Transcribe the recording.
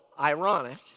ironic